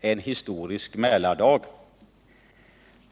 en historisk Mälardag.